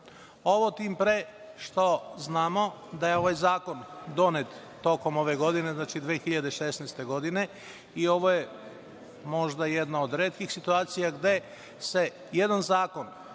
Ovo tim pre što znamo da je ovaj zakon donet tokom ove godine, 2016. godine i ovo je možda jedna od retkih situacija gde se jedan zakon